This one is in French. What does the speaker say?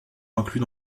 inclus